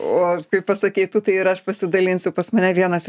o kai pasakei tu tai ir aš pasidalinsiu pas mane vienas